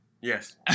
yes